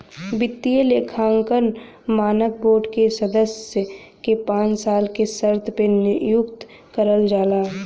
वित्तीय लेखांकन मानक बोर्ड के सदस्य के पांच साल के शर्त पे नियुक्त करल जाला